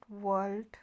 world